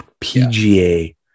PGA